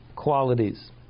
qualities